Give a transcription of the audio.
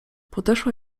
podeszła